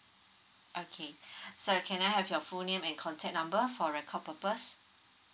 okay sir can I have your full name and contact number for record purpose